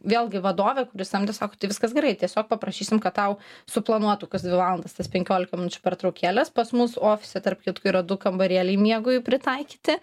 vėlgi vadovė kuri samdė sako tai viskas gerai tiesiog paprašysim kad tau suplanuotų kas dvi valandas tas penkiolika minučių pertraukėles pas mus ofise tarp kitko yra du kambarėliai miegui pritaikyti